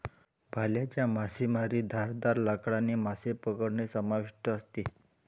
भाल्याच्या मासेमारीत धारदार लाकडाने मासे पकडणे समाविष्ट असते